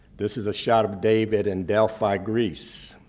this is a shot of david in delphi, greece.